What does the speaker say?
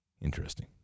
Interesting